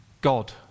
God